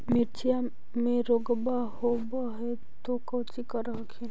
मिर्चया मे रोग्बा होब है तो कौची कर हखिन?